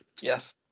yes